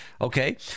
okay